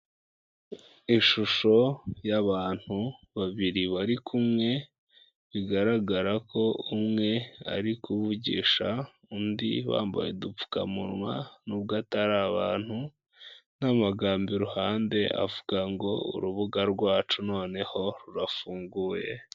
Ishusho y'abantu babiri bari kumwe, bigaragara ko umwe ari kuvugisha undi, bambaye udupfukamunwa nubwo atari abantu n'amagambo iruhande avuga ngo urubuga rwacu noneho rurafunguye.